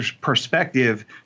perspective